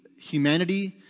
humanity